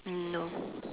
no